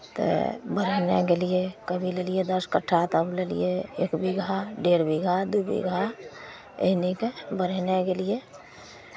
तऽ बढ़यने गेलियै कभी लेलियै दस कट्ठा तब लेलियै एक बीघा डेढ़ बीघा दू बीघा अहिनेके बढ़यने गेलियै